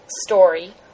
story